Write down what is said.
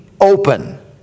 open